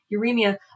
Uremia